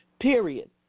period